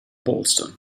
bolster